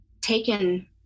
taken